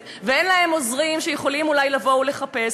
ואין להם עוזרים שיכולים אולי לבוא ולחפש.